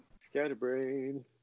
Scatterbrain